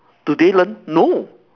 do they learn no